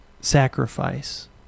sacrifice